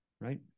right